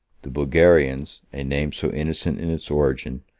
the bulgarians, a name so innocent in its origin,